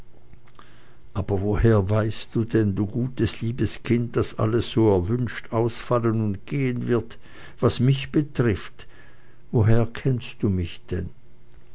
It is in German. aber woher weißt du denn du gutes liebes kind daß alles so erwünscht ausfallen und gehen wird was mich betrifft woher kennst du mich denn